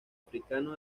africano